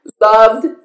Loved